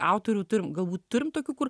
autorių turim galbūt turim tokių kur